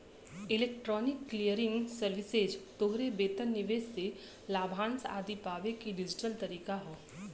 electronic clearing services तोहरे वेतन, निवेश से लाभांश आदि पावे क डिजिटल तरीका हौ